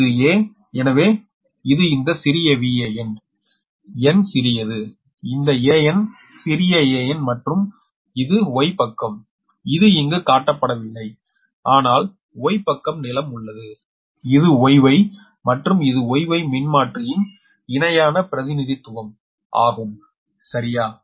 இது A எனவே இது இந்த சிறிய Van 'n' சிறியது இந்த 'an' சிறிய 'an' மற்றும் இது Y பக்கம் இது இங்கு கட்டப்படவில்லை ஆனால் Y பக்கம் நிலம் உள்ளது இது Y Y மற்றும் இது Y Y மின்மாற்றியின் இணையான பிரதிநிதித்துவம் ஆகும் சரியா